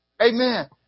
Amen